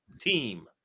team